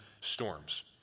storms